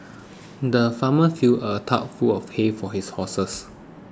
the farmer filled a trough full of hay for his horses